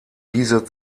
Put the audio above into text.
diese